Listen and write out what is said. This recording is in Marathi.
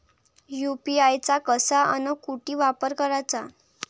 यू.पी.आय चा कसा अन कुटी वापर कराचा?